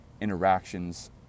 interactions